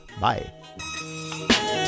Bye